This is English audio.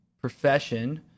profession